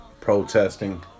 protesting